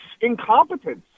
incompetence